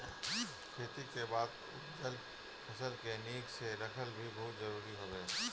खेती के बाद उपजल फसल के निक से रखल भी बहुते जरुरी हवे